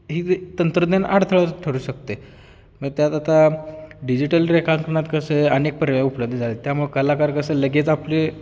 ही ते तंत्रज्ञान अडथळा ठरू शकते मग त्यात आता डिजिटल रेखांकनात कसं अनेक पर्याय उपलब्ध झाले त्यामुळे कलाकार कसं लगेच आपले